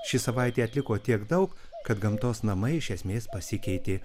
ši savaitė atliko tiek daug kad gamtos namai iš esmės pasikeitė